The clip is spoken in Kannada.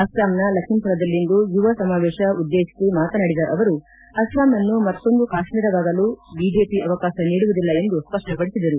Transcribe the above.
ಅಸ್ಲಾಂನ ಲಖೀಂಪುರದಲ್ಲಿಂದು ಯುವ ಸಮಾವೇಶ ಉದ್ವೇಶಿಸಿ ಮಾತನಾಡಿದ ಅವರು ಅಸ್ಲಾಂ ಅನ್ನು ಮತ್ತೊಂದು ಕಾಶ್ಮೀರವಾಗಲು ಬಿಜೆಪಿ ಅವಕಾಶ ನೀಡುವುದಿಲ್ಲ ಎಂದು ಸ್ವಪ್ಪಪಡಿಸಿದರು